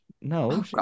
No